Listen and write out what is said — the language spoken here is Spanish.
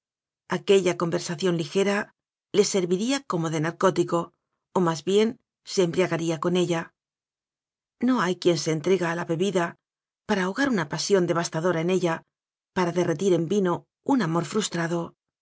aquella conversación ligera le serviría como de narcótico o más bien se embriagaría con ella no hay quien se en trega a la bebida para ahogar una pasión de vastadora en ella para derretir en vino un amor frustrado